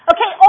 Okay